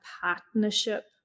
partnership